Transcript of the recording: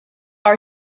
our